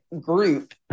group